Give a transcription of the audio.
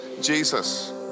Jesus